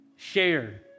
Share